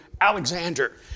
Alexander